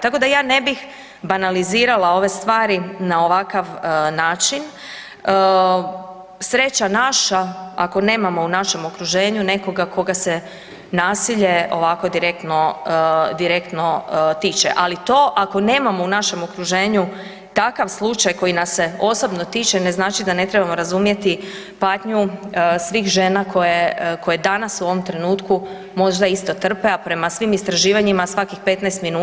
Tako da ja ne bih banalizirala ove stari na ovakav način, sreća naša ako nemamo u našem okruženju nekoga koga se nasilje ovako direktno tiče, ali to ako nemamo u našem okruženju, takav slučaj koji nas se osobno tiče, ne znači da ne trebamo razumjeti patnju svih žena koje danas u ovom trenutku možda isto trpe a prema svim istraživanjima, svakih 15 min